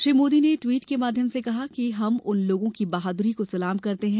श्री मोदी ने टवीट के माध्यम से कहा कि हम उन लोगों की बहादुरी को सलाम करते हैं